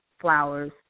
flowers